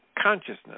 consciousness